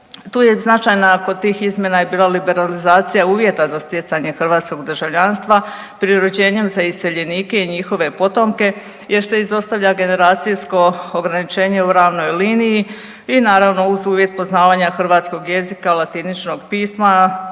Tu je značajna kod tih izmjena je bila liberalizacija uvjeta za stjecanje hrvatskog državljanstva preuređenjem za iseljenike i njihove potomke jer se izostavlja generacijsko ograničenje u ravnoj liniji i naravno uz uvjet poznavanja hrvatskog jezika, latiničnog pisma,